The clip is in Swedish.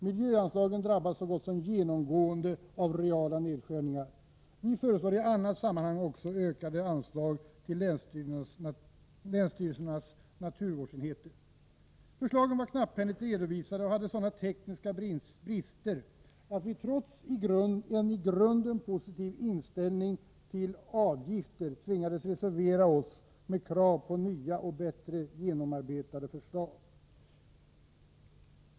Miljöanslagen drabbas så gott som genomgående av reala nedskärningar. Vi föreslår i annat sammanhang också ökade anslag till länsstyrelsernas naturvårdsenheter. Förslagen var knapphändigt redovisade och hade sådana tekniska brister att vi, trots en i grunden positiv inställning till avgifter, tvingades reservera oss med krav på nya och bättre genomarbetade förslag.